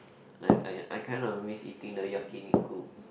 like I I kind of miss eating the Yakiniku